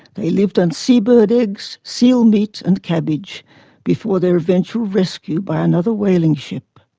they lived on sea-bird eggs, seal meat and cabbage before their eventual rescue by another whaling ship.